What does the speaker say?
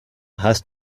hast